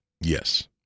Yes